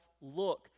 look